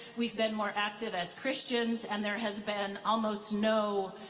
we've been more active as christians, and there has been almost no